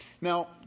Now